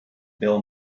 bill